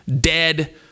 dead